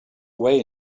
away